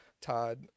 Todd